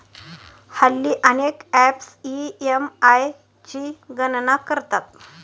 हल्ली अनेक apps EMI ची गणना करतात